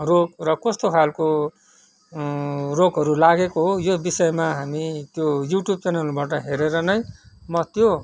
रोग र कस्तो खाल्को रोगहरू लागेको हो यो विषयमा हामी त्यो युट्युब च्यानलबाट हेरेर नै म त्यो